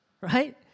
right